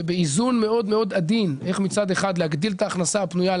באיזון מאוד מאוד עדין להגדיל את ההכנסה הפנויה,